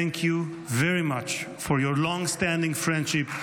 thank you very much for your long standing friendship.